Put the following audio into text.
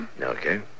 Okay